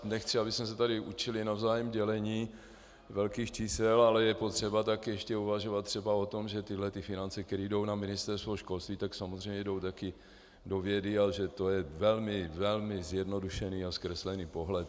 Nechci, abychom se tady učili navzájem dělení velkých čísel, ale je potřeba také ještě uvažovat třeba o tom, že tyhle finance, které jdou na Ministerstvo školství, samozřejmě jdou také do vědy a že to je velmi, velmi zjednodušený a zkreslený pohled.